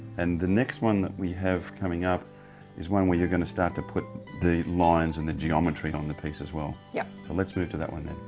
and the next one we have coming up is one where you're gonna start to put the lines and the geometry on the piece as well. yep. so lets move to that one then.